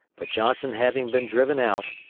but johnson having been driven out,